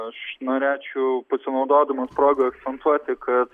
aš norėčiau pasinaudodamas proga akcentuotii kad